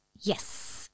Yes